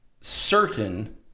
certain